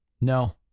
No